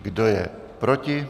Kdo je proti?